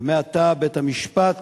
ומעתה בית-המשפט